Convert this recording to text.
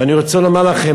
ואני רוצה לומר לכם,